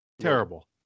Terrible